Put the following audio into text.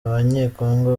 abanyekongo